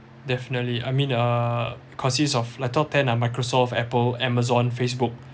definitely I mean uh consists of like top ten uh microsoft apple amazon facebook